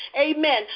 amen